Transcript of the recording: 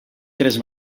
tres